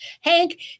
Hank